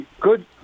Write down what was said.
good